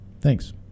Thanks